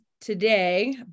today